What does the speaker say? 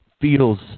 feels